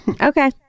Okay